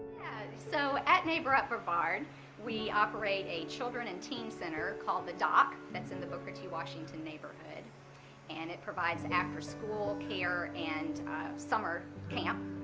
so at neighbor up brevard and we operate a children and teen center called the dock that's in the booker t. washington neighborhood and it provides after-school care and summer camp.